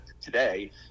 today